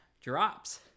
drops